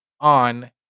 on